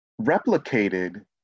replicated